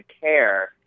care